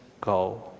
go